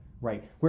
Right